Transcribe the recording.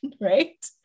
right